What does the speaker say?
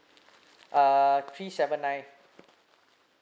uh three seven nine